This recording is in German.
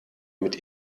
mit